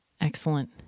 Excellent